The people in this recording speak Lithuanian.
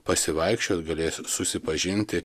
pasivaikščiot galės susipažinti